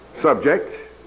Subject